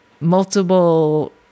multiple